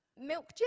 milk